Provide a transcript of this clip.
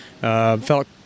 felt